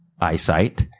eyesight